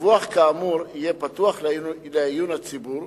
דיווח כאמור יהיה פתוח לעיון הציבור.